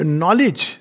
knowledge